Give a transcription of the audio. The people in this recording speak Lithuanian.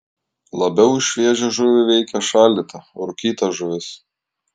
labiau už šviežią žuvį veikia šaldyta rūkyta žuvis